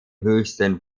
höchsten